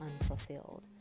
unfulfilled